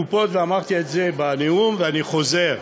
הקופות, אמרתי את זה בנאום, ואני חוזר,